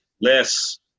less